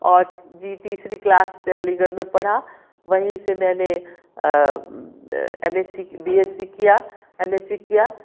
اور جی تیسری کلاس سے علی گڑھ میں پڑھا وہیں سے میں نے M S C B S C کیا ایم ایس سی کیا